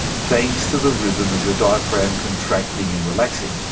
thanks to the rhythm of your diaphragm contracting and relaxing.